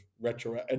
retro